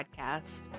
podcast